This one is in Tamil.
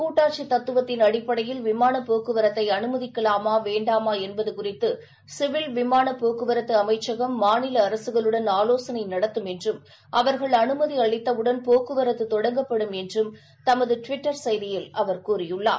கூட்டாட்சி தத்துவத்தின் அடிப்படையில் விமானப் போக்குவரத்தை அனுமதிக்கலாமா வேண்டாமா என்பது குறித்து சிவில் விமானப் போக்குவரத்து அமைச்சகம் மாநில அரசுகளுடன் ஆலோசனை நடத்தும் என்றும் அனுமதி கிடைத்தவுடன் போக்குவரத்து தொடஙகப்படும் என்றும் டுவிட்டர் செய்தியில் அவர் கூறியுள்ளார்